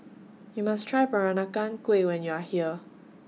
YOU must Try Peranakan Kueh when YOU Are here